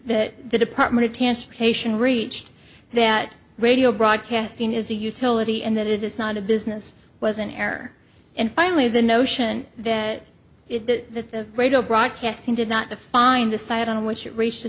that the department of transportation reached that radio broadcasting is a utility and that it is not a business was an error and finally the notion that the radio broadcasting did not define decide on which it reached the